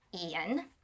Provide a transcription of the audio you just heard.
Ian